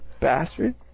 bastard